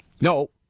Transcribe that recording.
No